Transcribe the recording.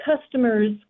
customers